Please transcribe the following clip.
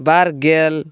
ᱵᱟᱨ ᱜᱮᱞ